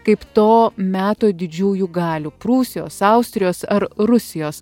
kaip to meto didžiųjų galių prūsijos austrijos ar rusijos